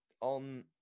on